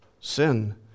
sin